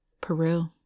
Peru